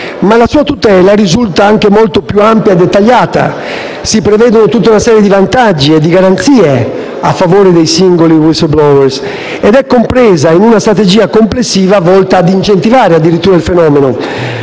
La sua tutela risulta molto più ampia e dettagliata, prevedendo tutta una serie di vantaggi e garanzie a favore dei singoli *whistleblower*, ed è compresa in una strategia complessiva volta addirittura a incentivare il fenomeno.